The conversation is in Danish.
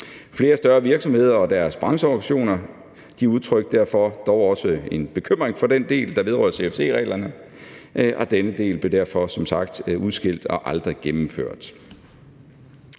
Flere større virksomheder og deres brancheorganisationer udtrykte derfor også en bekymring for den del, der vedrører CFC-reglerne, og den del blev derfor som sagt udskilt og aldrig gennemført.